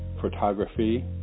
photography